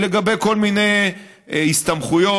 לגבי כל מיני הסתמכויות,